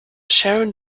sharon